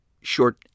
short